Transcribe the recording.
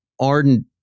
ardent